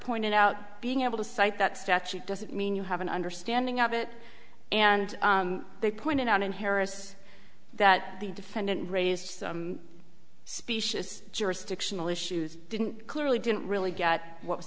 pointed out being able to cite that statute doesn't mean you have an understanding of it and they pointed out in harris that the defendant raised some specious jurisdictional issues didn't clearly didn't really get what was